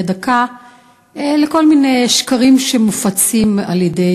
דקה לכל מיני שקרים שמופצים על-ידי